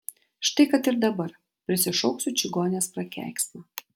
štai kad ir dabar prisišaukiu čigonės prakeiksmą